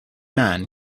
man